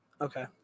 Okay